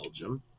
Belgium